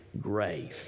grave